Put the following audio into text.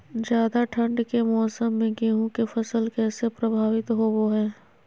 ज्यादा ठंड के मौसम में गेहूं के फसल कैसे प्रभावित होबो हय?